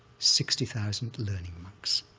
sixty thousand learning monks,